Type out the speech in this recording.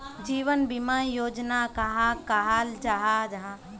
जीवन बीमा योजना कहाक कहाल जाहा जाहा?